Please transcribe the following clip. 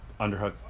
underhook